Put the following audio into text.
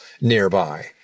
nearby